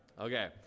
Okay